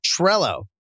Trello